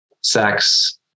sex